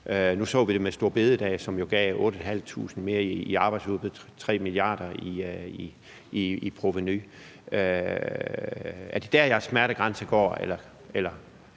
Nu så vi det med store bededag, som jo gav 8.500 flere i arbejdsudbud og 3 mia. kr. i provenu. Er det der, jeres smertegrænse går, eller